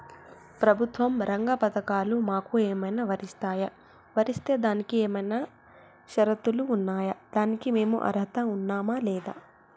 ప్రభుత్వ రంగ పథకాలు మాకు ఏమైనా వర్తిస్తాయా? వర్తిస్తే దానికి ఏమైనా షరతులు ఉన్నాయా? దానికి మేము అర్హత ఉన్నామా లేదా?